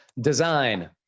design